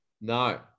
No